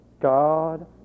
God